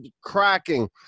cracking